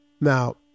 Now